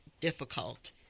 difficult